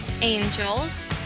Angels